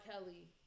Kelly